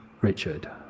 Richard